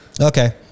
Okay